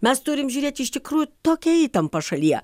mes turim žiūrėti iš tikrųjų tokia įtampa šalyje